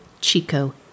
Chico